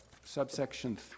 Subsection